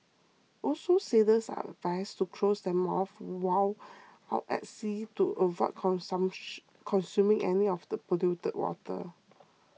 also sailors are advised to close their mouths while out at sea to avoid consuming any of the polluted water